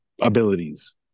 abilities